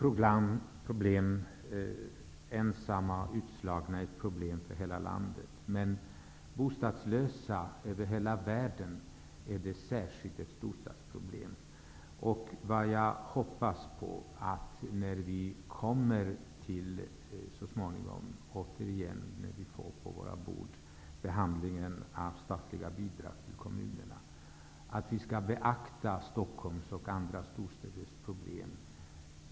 Ensamma och utslagna människor är ett problem för hela landet, men bostadslösa är speciellt ett storstadsproblem över hela världen. Jag hoppas att vi, när vi så småningom får behandlingen av statliga bidrag till kommunerna på vårt bord, skall beakta Stockholms och andra storstäders problem.